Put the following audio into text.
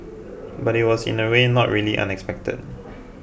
but it was in a way not really unexpected